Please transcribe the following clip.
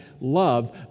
love